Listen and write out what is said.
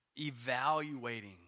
evaluating